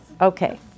Okay